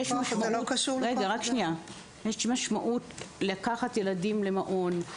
יש משמעות לקחת ילד למעון,